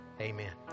amen